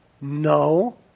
no